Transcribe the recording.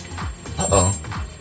Uh-oh